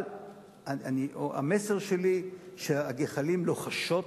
אבל המסר שלי הוא שהגחלים לוחשות